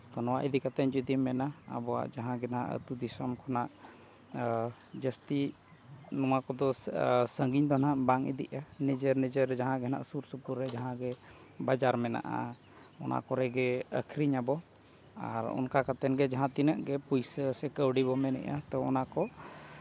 ᱛᱳ ᱱᱚᱣᱟ ᱤᱫᱤ ᱠᱟᱛᱮ ᱡᱩᱫᱤᱢ ᱢᱮᱱᱟ ᱟᱵᱚᱣᱟᱜ ᱡᱟᱦᱟᱸ ᱜᱮ ᱦᱟᱸᱜ ᱟᱛᱳ ᱫᱤᱥᱚᱢ ᱠᱷᱚᱱᱟᱜ ᱡᱟᱹᱥᱛᱤ ᱱᱚᱣᱟ ᱠᱚᱫᱚ ᱥᱟᱹᱜᱤᱧ ᱫᱚ ᱦᱟᱸᱜ ᱵᱟᱝ ᱤᱫᱤᱜᱼᱟ ᱱᱤᱡᱮᱨ ᱱᱤᱡᱮᱨ ᱡᱟᱦᱟᱸ ᱜᱮ ᱦᱟᱸᱜ ᱥᱩᱨ ᱥᱩᱯᱩᱨ ᱨᱮ ᱵᱟᱡᱟᱨ ᱢᱮᱱᱟᱜᱼᱟ ᱚᱱᱟ ᱠᱚᱨᱮ ᱜᱮ ᱟᱹᱠᱷᱨᱤᱧ ᱟᱵᱚ ᱟᱨ ᱚᱱᱠᱟ ᱠᱟᱛᱮ ᱜᱮ ᱡᱟᱦᱟᱸ ᱛᱤᱱᱟᱹᱜ ᱜᱮ ᱯᱩᱭᱥᱟᱹ ᱥᱮ ᱠᱟᱹᱣᱰᱤ ᱵᱚᱱ ᱢᱮᱱᱮᱫᱼᱟ ᱛᱚ ᱚᱱᱟ ᱠᱚ